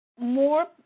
More